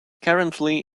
currently